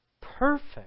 perfect